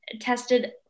tested